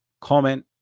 Comment